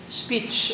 speech